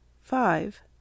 five